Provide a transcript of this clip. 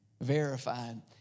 Verified